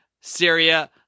Syria